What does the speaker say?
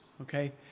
okay